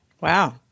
Wow